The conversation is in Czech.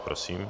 Prosím.